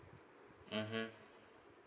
mmhmm